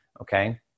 okay